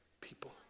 people